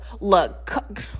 look